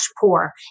poor